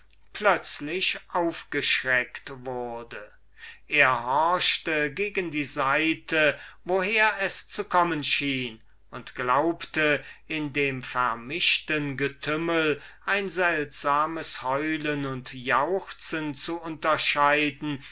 plötzlich aufgeschreckt wurde er horchte gegen die seite woher es zu kommen schiene und glaubte in dem vermischten getümmel ein seltsames heulen und jauchzen zu unterscheiden